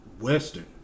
western